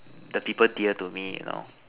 the people dear to me you know